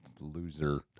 loser